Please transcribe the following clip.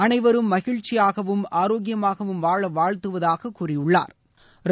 அனைவரும் மகிழ்ச்சியாகவும் ஆரோக்கியமாகவும் வாழ வாழ்த்துவதாக கூறியுள்ளாா்